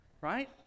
right